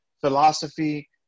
philosophy